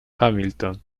hamilton